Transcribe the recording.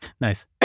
Nice